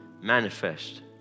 manifest